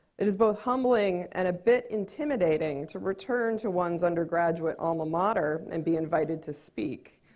it is both humbling and a bit intimidating to return to one's undergraduate alma mater and be invited to speak.